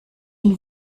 une